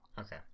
okay